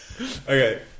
Okay